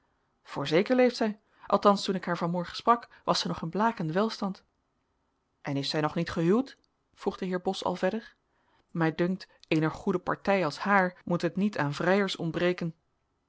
voorzeker leeft zij althans toen ik haar van morgen sprak was zij nog in blakenden welstand en is zij nog niet gehuwd vroeg de heer bos al verder mij dunkt eener goede partij als haar moet het niet aan vrijers ontbreken